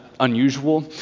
unusual